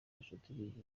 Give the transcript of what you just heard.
ubucuti